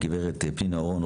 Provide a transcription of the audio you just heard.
את הגברת פנינה אורן,